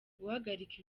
guhagarika